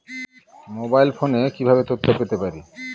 Mobile ফোনে কিভাবে তথ্য পেতে পারি?